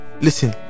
listen